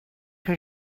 que